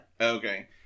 okay